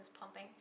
pumping